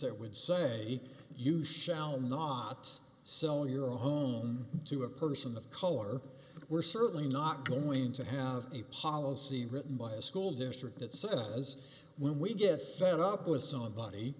that would say you shall not sell your home to a person of color we're certainly not going to have a policy written by a school district that says as when we get fed up with somebody